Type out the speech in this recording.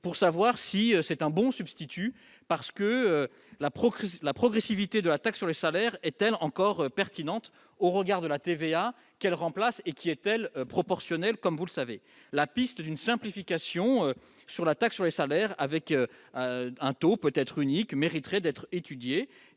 pour savoir si c'est un bon substitut parce que la prod la progressivité de la taxe sur les salaires est-elle encore pertinente au regard de la TVA qu'elle remplace et qui est-elle proportionnelle comme vous le savez, la piste d'une simplification sur la taxe sur les salaires avec un taux peut-être unique mériterait d'être étudiée